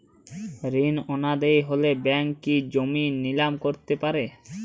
ঋণ অনাদায়ি হলে ব্যাঙ্ক কি জমি নিলাম করতে পারে?